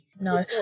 no